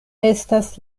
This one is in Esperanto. estas